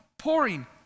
Pouring